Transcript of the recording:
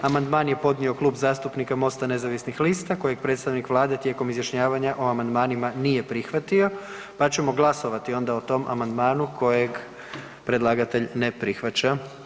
Amandman je podnio Klub zastupnika Mosta nezavisnih lista kojeg predstavnik Vlade tijekom izjašnjavanja o amandmanima nije prihvatio pa ćemo glasovati onda o tom amandmanu kojeg predlagatelj ne prihvaća.